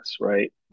right